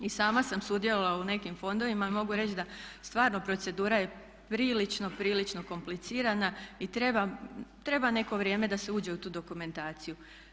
I sama sam sudjelovala u nekim fondovima i mogu reći da stvarno procedura je prilično, prilično komplicirana i treba neko vrijeme da se uđe u tu dokumentaciju.